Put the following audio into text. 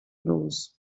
rose